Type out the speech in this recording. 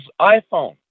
iPhone